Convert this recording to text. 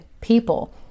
people